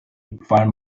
find